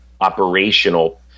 operational